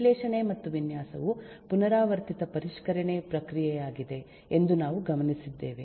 ವಿಶ್ಲೇಷಣೆ ಮತ್ತು ವಿನ್ಯಾಸವು ಪುನರಾವರ್ತಿತ ಪರಿಷ್ಕರಣೆ ಪ್ರಕ್ರಿಯೆಯಾಗಿದೆ ಎಂದು ನಾವು ಗಮನಿಸಿದ್ದೇವೆ